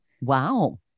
Wow